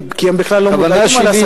כי הם בכלל לא מודעים לסכנה,